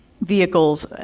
vehicles